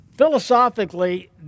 Philosophically